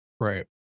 Right